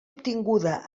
obtinguda